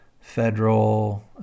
federal